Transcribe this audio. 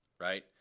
right